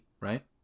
right